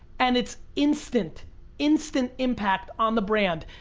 and it's instant instant impact on the brand.